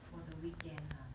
for the weekend ha